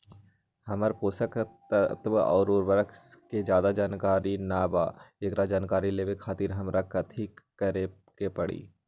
हमरा पोषक तत्व और उर्वरक के ज्यादा जानकारी ना बा एकरा जानकारी लेवे के खातिर हमरा कथी करे के पड़ी?